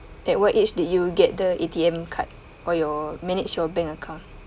at what age did you get the A_T_M card or your manage your bank account